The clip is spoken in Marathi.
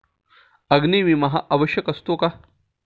अग्नी विमा हा आवश्यक असतो का?